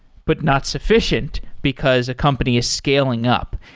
but not sufficient because a company is scaling up.